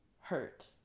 hurt